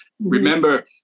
Remember